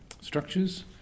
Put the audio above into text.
structures